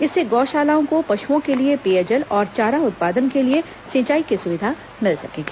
इससे गौ शालाओं को पशुओं के लिए पेयजल और चारा उत्पादन के लिए सिंचाई की सुविधा मिल सकेगी